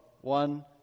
one